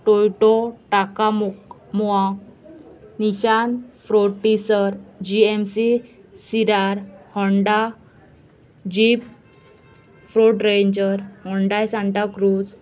Toyota Tacoma Nissan Frontier G M C Sierra Honda Jeep Ford Ranger Hyundai Santa cruise